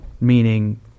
Meaning